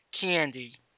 candy